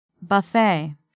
Buffet